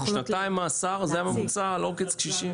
זה הממוצע על עוקץ קשישים?